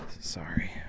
sorry